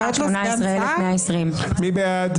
17,741 עד 17,760. מי בעד?